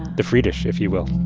the fredish, if you will